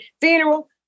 funeral